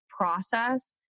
process